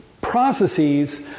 processes